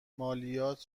مالیات